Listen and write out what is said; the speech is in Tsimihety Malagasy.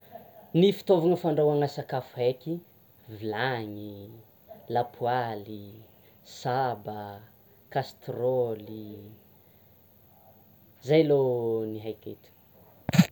Ny fitaovana fandrahoana sakafo haiky: vilany, lapoaly, saba, kastrôly; zay alôha ny haiky eto.